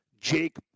Jake